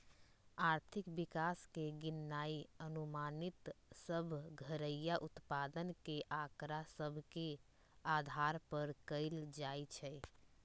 आर्थिक विकास के गिननाइ अनुमानित सभ घरइया उत्पाद के आकड़ा सभ के अधार पर कएल जाइ छइ